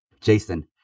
Jason